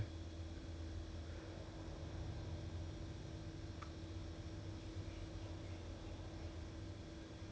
ya like what the hell 你 ya lor 还没有两个人 just 刚刚开 like 你讲的 ah 没有刚刚开始 then 你要换两百千